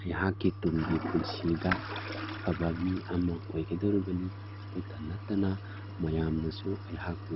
ꯑꯩꯍꯥꯛꯀꯤ ꯇꯨꯡꯒꯤ ꯄꯨꯟꯁꯤꯗ ꯑꯐꯕ ꯃꯤ ꯑꯃ ꯑꯣꯏꯒꯗꯣꯔꯤꯕꯅꯤ ꯑꯗꯨꯗ ꯅꯠꯇꯅ ꯃꯌꯥꯝꯅꯁꯨ ꯑꯩꯍꯥꯛꯄꯨ